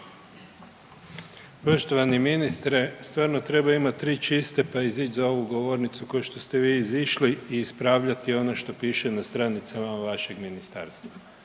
Poštovani ministre, stvarno treba imati tri čiste pa izići za ovu govornicu kao što ste vi izišli i ispravljati ono što piše na stranicama vašeg ministarstva.